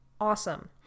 awesome